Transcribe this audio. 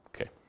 okay